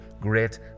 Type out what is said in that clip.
great